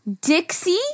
Dixie